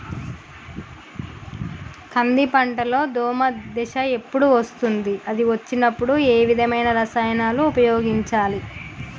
కంది పంటలో దోమ దశ ఎప్పుడు వస్తుంది అది వచ్చినప్పుడు ఏ విధమైన రసాయనాలు ఉపయోగించాలి?